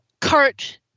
cart